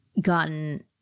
gotten